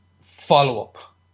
follow-up